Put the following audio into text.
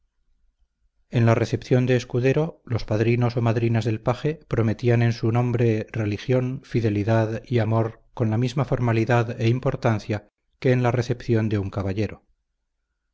en la recepción de escudero los padrinos o madrinas del paje prometían en su nombre religión fidelidad y amor con la misma formalidad e importancia que en la recepción de un caballero